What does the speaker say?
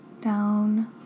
down